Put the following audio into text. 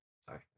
Sorry